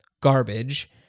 garbage